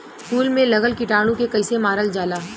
फूल में लगल कीटाणु के कैसे मारल जाला?